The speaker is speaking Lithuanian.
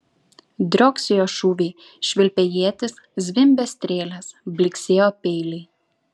drioksėjo šūviai švilpė ietys zvimbė strėlės blyksėjo peiliai